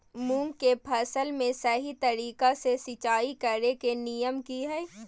मूंग के फसल में सही तरीका से सिंचाई करें के नियम की हय?